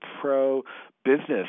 pro-business